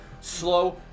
slow